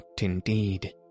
indeed